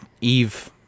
Eve